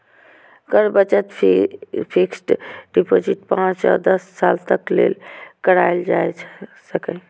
कर बचत fixed deposit पांच सं दस साल तक लेल कराएल जा सकैए